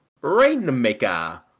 Rainmaker